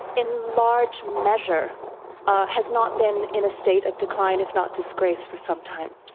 in large measure has not been in a state of decline, if not disgrace, for some time.